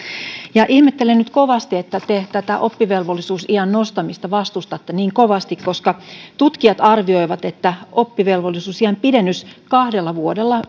ihmettelen nyt kovasti että te tätä oppivelvollisuusiän nostamista vastustatte niin kovasti koska tutkijat arvioivat että oppivelvollisuusiän pidennys kahdella vuodella